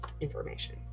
information